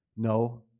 No